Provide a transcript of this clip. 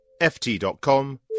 ft.com